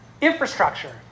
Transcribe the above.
infrastructure